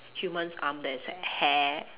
human's arm there is hair